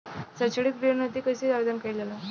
सैक्षणिक लोन हेतु कइसे आवेदन कइल जाला?